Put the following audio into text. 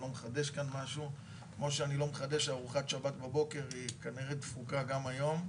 אני לא מחדש פה כמו שאני לא מחדש שארוחת שבת בבוקר כנראה דפוקה גם היום,